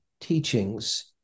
teachings